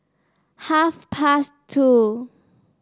half past two